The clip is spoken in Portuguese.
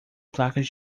placas